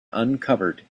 uncovered